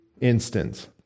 instance